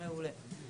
מעולה.